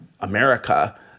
America